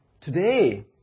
today